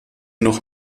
noch